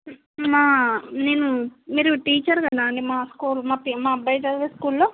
మా మేము మీరు టీచర్ కదా అండి మా స్కూల్ మా అబ్బాయి చదివే స్కూల్లో